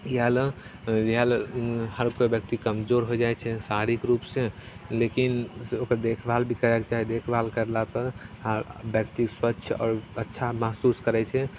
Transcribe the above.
इएह ले इएह ले हर कोइ व्यक्ति कमजोर होइ जाइ छै शारीरिक रूपसे लेकिन ओकरसे देखभाल भी करैके चाही देखभाल करलापर व्यक्ति स्वच्छ आओर अच्छा महसूस करै छै